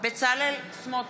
בצלאל סמוטריץ,